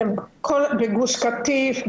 בגוש קטיף,